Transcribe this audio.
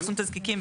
אכסון תזקיקים,